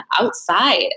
outside